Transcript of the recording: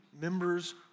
members